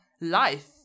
life